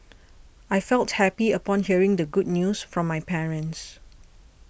I felt happy upon hearing the good news from my parents